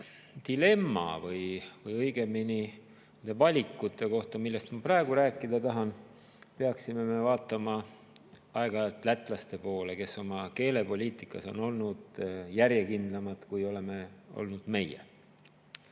dilemma või õigemini valikute puhul, millest ma praegu rääkida tahan, peaksime me vaatama aeg-ajalt lätlaste poole, kes on oma keelepoliitikas olnud järjekindlamad, kui oleme olnud